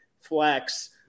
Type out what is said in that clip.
Flex